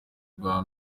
rwa